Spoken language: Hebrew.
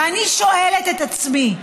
ואני שואלת את עצמי: